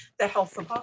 the health of